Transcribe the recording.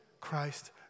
Christ